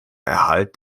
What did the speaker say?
erhalt